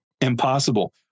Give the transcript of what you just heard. impossible